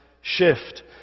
shift